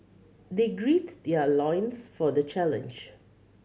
they great their loins for the challenge